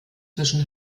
zwischen